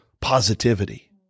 positivity